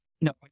no